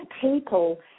people